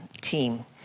team